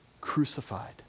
crucified